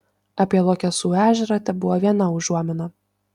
apie luokesų ežerą tebuvo viena užuomina